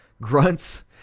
grunts